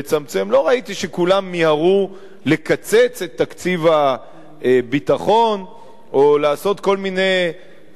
לא ראיתי שכולם מיהרו לקצץ את תקציב הביטחון או לעשות כל מיני צעדים.